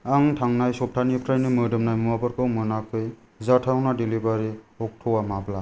आं थांनाय सब्थानिफ्रायनो मोदोमनाय मुवाफोरखौ मोनाखै जाथावना डेलिभारि अक्ट'आ माब्ला